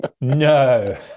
No